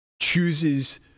chooses